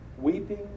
weeping